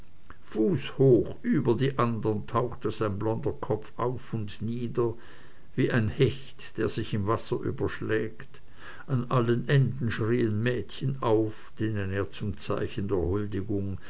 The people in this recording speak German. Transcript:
herlief fußhoch über die andern tauchte sein blonder kopf auf und nieder wie ein hecht der sich im wasser überschlägt an allen enden schrien mädchen auf denen er zum zeichen der huldigung